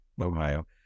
Ohio